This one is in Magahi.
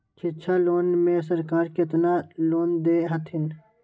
शिक्षा लोन में सरकार केतना लोन दे हथिन?